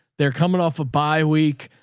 they're coming off a bi-week.